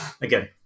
again